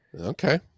Okay